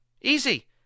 Easy